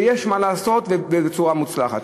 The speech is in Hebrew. ויש מה לעשות ובצורה מוצלחת.